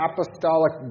apostolic